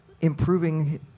improving